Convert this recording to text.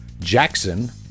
jackson